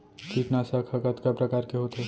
कीटनाशक ह कतका प्रकार के होथे?